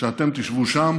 שאתם תשבו שם